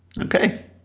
Okay